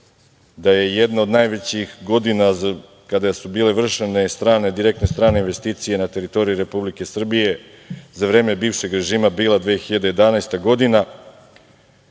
da je jedna od najvećih godina kada su bile vršene direktne strane investicije na teritoriji Republike Srbije za vreme bivšeg režima bila 2011. godina,